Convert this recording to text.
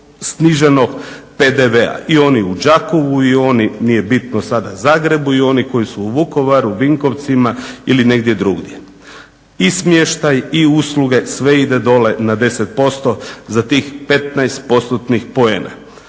sad u Zagrebu, i oni koji su Vukovaru, Vinkovcima ili negdje drugdje. I smještaj i usluge sve ide dole na 10% za tih 15-postotnih